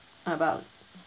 about